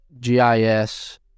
GIS